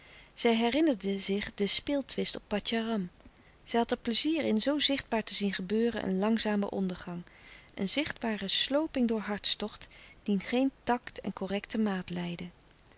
zij herinnerde zich de speeltwist op patjaram zij had er pleizier in zoo zichtbaar te zien gebeuren een langzame ondergang een zichtbare slooping door hartstocht dien geen tact en correcte maat leidde